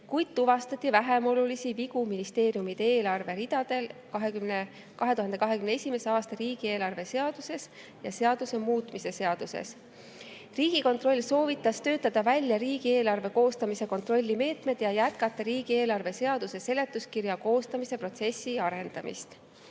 Tuvastati vähemolulisi vigu ministeeriumide eelarve ridadel 2021. aasta riigieelarve seaduses ja seaduse muutmise seaduses. Riigikontroll soovitas töötada välja riigieelarve koostamise kontrollimeetmed ja jätkata riigieelarve seaduse seletuskirja koostamise protsessi arendamist.